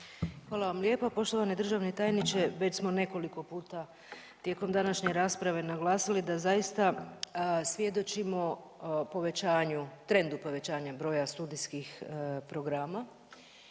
Hvala vam lijepa poštovani državni tajniče. Već smo nekoliko puta tijekom današnje rasprave naglasili da zaista svjedočimo povećanju, trendu povećanja broja studijskih programa